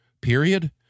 period